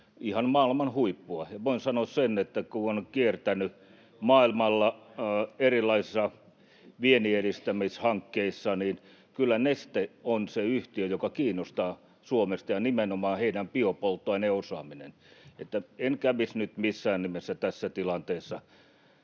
ihan maailman huippua. Voin sanoa sen, että kun olen kiertänyt maailmalla erilaisissa vienninedistämishankkeissa, niin kyllä Neste on Suomesta se yhtiö, joka kiinnostaa, ja nimenomaan heidän biopolttoaineosaamisensa. En kävisi nyt missään nimessä tässä tilanteessa